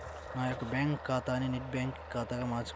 నా యొక్క బ్యాంకు ఖాతాని నెట్ బ్యాంకింగ్ ఖాతాగా మార్చగలరా?